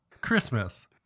Christmas